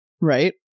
Right